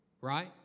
right